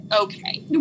Okay